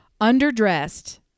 underdressed